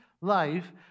life